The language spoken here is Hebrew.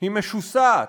היא משוסעת.